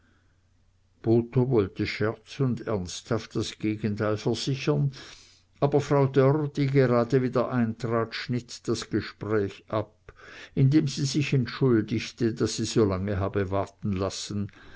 wollte scherz und ernsthaft das gegenteil versichern aber frau dörr die gerade wieder eintrat schnitt das gespräch ab indem sie sich entschuldigte daß sie so lange habe warten lassen